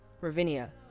Ravinia